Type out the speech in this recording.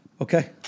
Okay